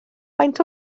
faint